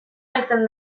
heltzen